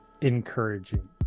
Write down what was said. encouraging